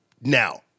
Now